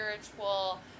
spiritual